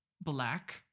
black